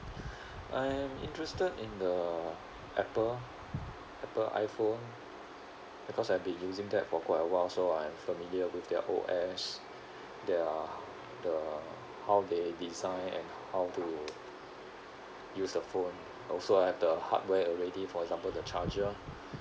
I'm interested in the Apple Apple iphone because I've been using that for quite awhile so I'm familiar with their O_S their the how they design and how to use the phone also I have the hardware already for example the charger